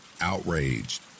outraged